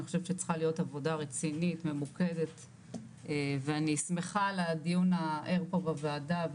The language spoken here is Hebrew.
אני חושבת שצריכה להיות עבודה רצינית ואני שמחה על הדיון הער פה בוועדה.